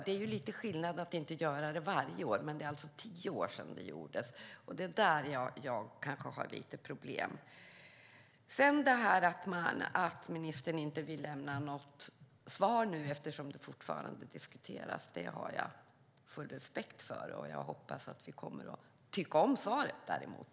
Det är lite skillnad mellan att inte göra det varje år eller att göra det vart tionde år. Där har jag problem. Ministern vill nu inte ge något svar eftersom anslaget fortfarande diskuteras. Det har jag full respekt för. Jag hoppas att vi kommer att tycka om svaret.